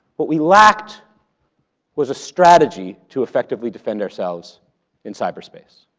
what we lacked was a strategy to effectively defend ourselves in cyberspace.